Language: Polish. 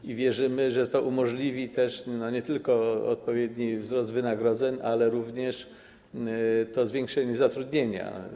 I wierzymy, że umożliwi to nie tylko odpowiedni wzrost wynagrodzeń, ale również zwiększenie zatrudnienia.